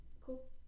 Cool